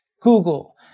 Google